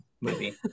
movie